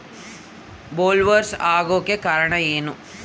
Bollworm ಆಗೋಕೆ ಕಾರಣ ಏನು?